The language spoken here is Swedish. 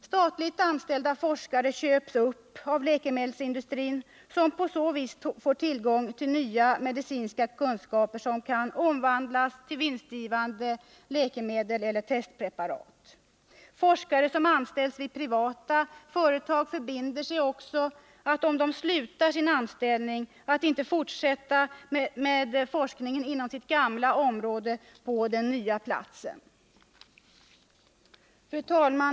Statligt anställda forskare ”köps” upp av läkemedelsindustrin, som på så vis får tillgång till nya medicinska kunskaper som kan omvandlas till vinstgivande läkemedel eller testpreparat. Forskare som anställts vid privata företag förbinder sig också att om de slutar sin anställning inte fortsätta med forskning inom sitt gamla område på den nya platsen. Fru talman!